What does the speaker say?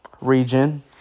region